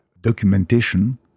documentation